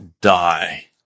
die